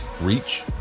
reach